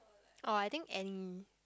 or I think any